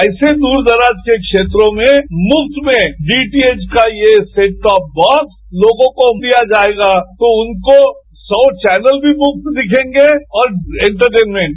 ऐसे दूर दराज के क्षेत्रों में मुफ्त में डीटीएच का ये सेटटॉप बॉक्स लोगों को दिया जायेगा तो उनको सी चैनल भी मुफ्त दिखेंगे और एंटरटेनमेंट